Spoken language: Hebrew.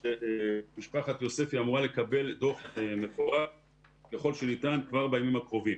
שמשפחת יוספי אמורה לגבי דוח מפורט ככל שניתן כבר בימים הקרובים.